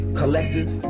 collective